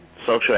social